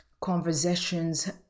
conversations